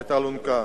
את האלונקה.